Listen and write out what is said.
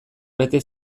bete